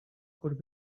could